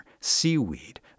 seaweed